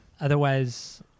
Otherwise